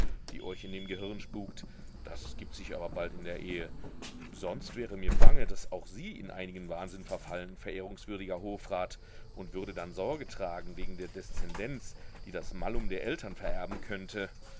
die euch in dem gehirn spukt das gibt sich aber bald in der ehe sonst wäre mir bange daß auch sie in einigen wahnsinn verfallen verehrungswürdiger hofrat und würde dann sorge tragen wegen der deszendenz die das malum der eltern vererben könnte